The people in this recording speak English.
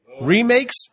Remakes